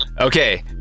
Okay